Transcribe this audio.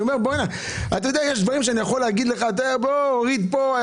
יש דברים שאני יכול להגיד לך שהוריד כאן,